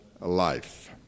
life